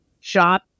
shop